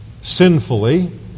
sinfully